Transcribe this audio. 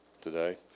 today